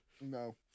No